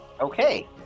Okay